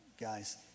guys